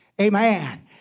amen